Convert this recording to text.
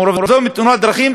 ומעורבותם בתאונות דרכים,